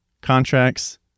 contracts